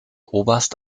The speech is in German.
oberst